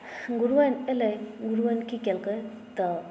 गुरुआइन एलै गुरुआइन की केलकै तऽ